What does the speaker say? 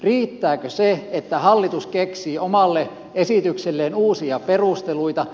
riittääkö se että hallitus keksii omalle esitykselleen uusia perusteluita